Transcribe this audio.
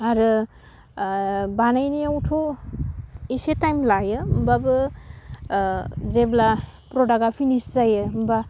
आरो बानायनायाव थ' इसे टाइम लायो होमब्लाबो जेब्ला प्रडाकआ फिनिस जायो होमबा